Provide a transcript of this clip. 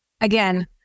again